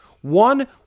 One